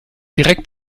direkt